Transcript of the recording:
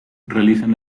realizan